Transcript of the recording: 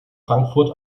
frankfurt